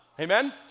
amen